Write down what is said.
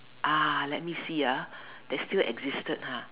uh let me see ah that still existed ha